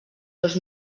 dos